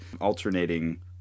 alternating